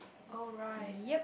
oh right